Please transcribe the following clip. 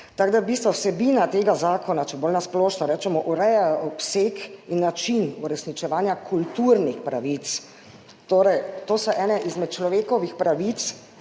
bistvu vsebina tega zakona, če bolj na splošno rečemo, ureja obseg in način uresničevanja kulturnih pravic, to so ene izmed človekovih pravic,